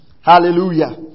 Hallelujah